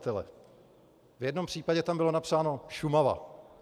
V jednom případě tam bylo napsáno Šumava.